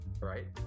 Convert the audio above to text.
right